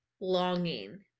longing